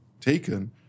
taken